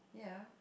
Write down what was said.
yeah